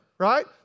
Right